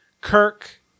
Kirk